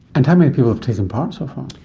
and how many people have taken part so far?